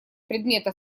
предмета